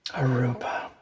aruba,